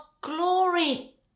glory